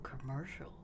commercial